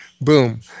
boom